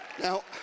Now